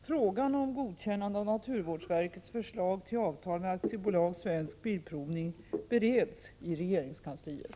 Frågan om godkännande av naturvårdsverkets förslag till avtal med AB Svensk Bilprovning bereds i regeringskansliet.